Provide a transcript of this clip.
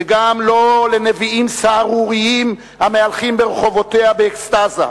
וגם לא לנביאים סהרוריים המהלכים ברחובותיה באקסטזה.